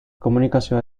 komunikazioa